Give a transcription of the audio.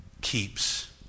keeps